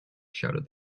shouted